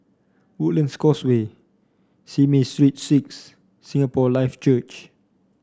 Woodlands Causeway Simei Street Six Singapore Life Church